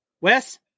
Wes